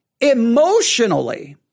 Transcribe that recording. emotionally